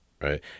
right